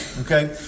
Okay